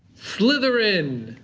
slytherin.